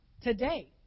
today